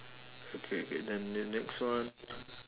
okay K then then next one